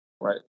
Right